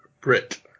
Brit